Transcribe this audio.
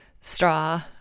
straw